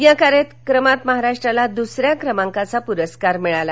या कार्यक्रमात महाराष्ट्राला दूसऱ्या क्रमांकाचा पुरस्कार मिळाला